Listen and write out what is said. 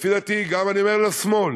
לפי דעתי, אני אומר גם לשמאל